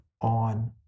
on